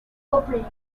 opening